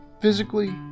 physically